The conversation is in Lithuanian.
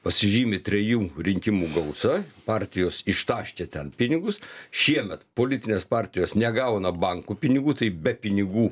pasižymi trejų rinkimų gausa partijos ištaškė ten pinigus šiemet politinės partijos negauna bankų pinigų tai be pinigų